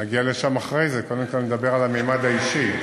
נגיע לשם אחרי זה, קודם כול נדבר על הממד האישי.